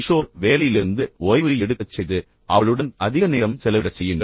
கிஷோர் வேலையிலிருந்து ஓய்வு எடுக்கச் செய்து அவளுடன் அதிக நேரம் செலவிடச் செய்யுங்கள்